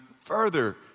further